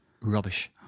rubbish